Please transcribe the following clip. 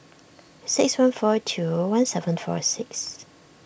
six one four two one seven four six